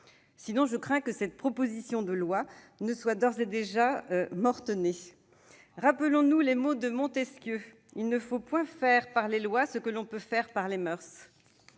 Sinon, je crains que cette proposition de loi ne soit d'ores et déjà mort-née. Rappelons-nous les mots de Montesquieu :« Il ne faut point faire par les lois ce que l'on peut faire par les moeurs.